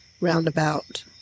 roundabout